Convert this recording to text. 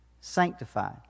sanctified